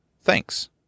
Thanks